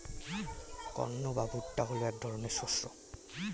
corn বা ভুট্টা হলো এক ধরনের শস্য